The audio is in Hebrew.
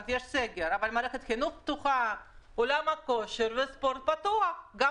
מערכת החינוך פתוחה ועולם הכושר והספורט פתוח, וגם